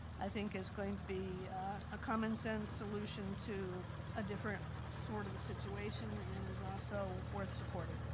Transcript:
i think is going to be a common sense solution to a different sort of a situation, and is also worth supporting,